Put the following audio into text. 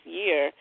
year